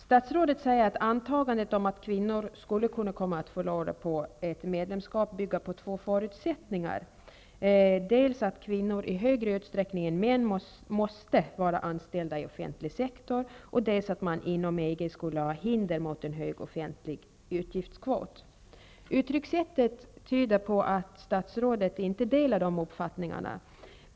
Statsrådet säger att antagandet att kvinnor skulle kunna förlora på ett medlemskap bygger på två förutsättningar: dels att kvinnor i högre utsträckning än män måste vara anställda i offentlig sektor, dels att man inom EG skulle ha hinder mot en hög offentlig utgiftskvot. Uttryckssättet tyder på att statsrådet inte delar de uppfattningarna.